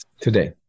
Today